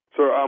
Sir